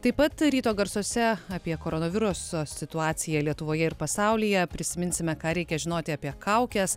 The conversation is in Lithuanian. taip pat ryto garsuose apie koronaviruso situaciją lietuvoje ir pasaulyje prisiminsime ką reikia žinoti apie kaukes